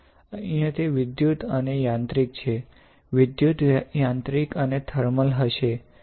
અહીં તે વિદ્યુત અને યાંત્રિક છે વિદ્યુત યાંત્રિક અને થર્મલ હશે